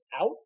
out